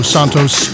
Santos